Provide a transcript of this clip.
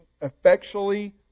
effectually